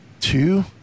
two